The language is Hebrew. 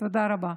תודה רבה.